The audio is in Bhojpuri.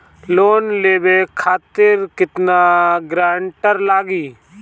लोन लेवे खातिर केतना ग्रानटर लागी?